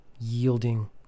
yielding